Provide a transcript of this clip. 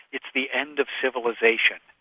it's the end of civilisation!